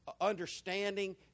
understanding